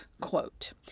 quote